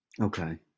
Okay